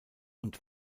und